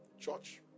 Church